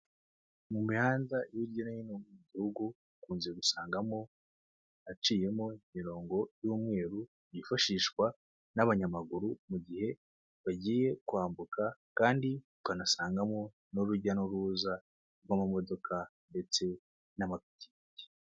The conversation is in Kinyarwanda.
Mu mihanda hirya no hino mu gihugu dukunze gusangamo haciyemo imirongo y'umweru, yifashishwa n'abanyamaguru mu gihe bagiye kwambuka, kandi ukanasangamo n'urujya n'uruza rw'amamodoka ndetse n'amapikipiki.